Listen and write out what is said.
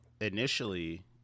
initially